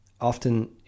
often